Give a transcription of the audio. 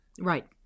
Right